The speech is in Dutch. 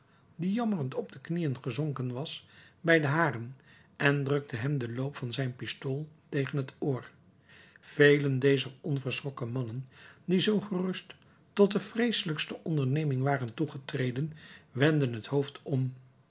die jammerend op de knieën gezonken was bij de haren en drukte hem den loop van zijn pistool tegen het oor velen dezer onverschrokken mannen die zoo gerust tot de vreeselijkste onderneming waren toegetreden wendden het hoofd om